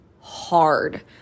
hard